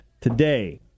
today